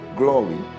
glory